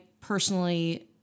personally